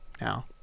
now